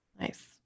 nice